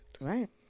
Right